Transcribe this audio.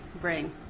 bring